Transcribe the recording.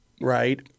right